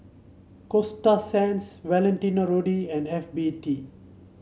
Coasta Sands Valentino Rudy and F B T